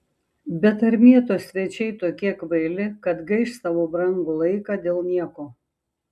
bet ar mieto svečiai tokie kvaili kad gaiš savo brangų laiką dėl nieko